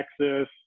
Texas